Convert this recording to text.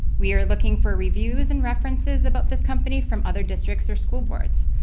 we are looking for reviews and references about this company from other districts or school boards.